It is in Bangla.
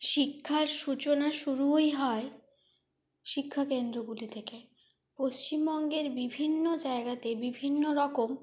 শিক্ষার সূচনা শুরুই হয় শিক্ষাকেন্দ্রগুলি থেকে পশ্চিমবঙ্গের বিভিন্ন জায়গাতে বিভিন্ন রকম